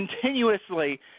continuously